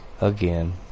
again